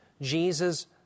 Jesus